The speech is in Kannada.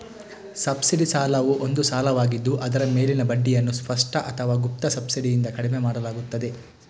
ಸಬ್ಸಿಡಿ ಸಾಲವು ಒಂದು ಸಾಲವಾಗಿದ್ದು ಅದರ ಮೇಲಿನ ಬಡ್ಡಿಯನ್ನು ಸ್ಪಷ್ಟ ಅಥವಾ ಗುಪ್ತ ಸಬ್ಸಿಡಿಯಿಂದ ಕಡಿಮೆ ಮಾಡಲಾಗುತ್ತದೆ